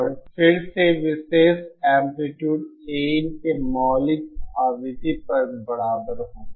और फिर से विशेष एंप्लीट्यूड Ain के लिए मौलिक आवृत्ति पर बराबर होगा